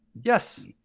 Yes